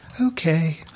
okay